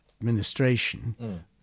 administration